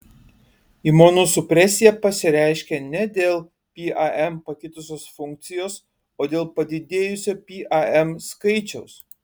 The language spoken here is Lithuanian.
imunosupresija pasireiškia ne dėl pam pakitusios funkcijos o dėl padidėjusio pam skaičiaus